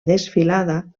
desfilada